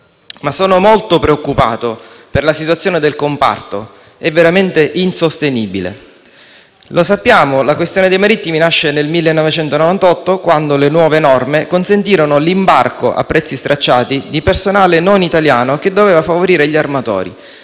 Sono molto preoccupato, però, per la situazione del comparto. È veramente insostenibile. Lo sappiamo, la questione dei marittimi nasce nel 1998, quando le nuove norme consentirono l'imbarco a prezzi stracciati di personale non italiano che doveva favorire gli armatori